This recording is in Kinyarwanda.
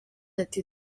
ati